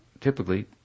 typically